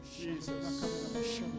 Jesus